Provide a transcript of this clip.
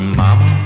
mama